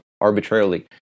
arbitrarily